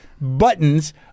buttons